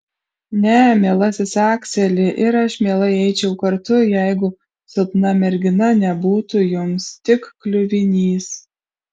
ne mielasis akseli ir aš mielai eičiau kartu jeigu silpna mergina nebūtų jums tik kliuvinys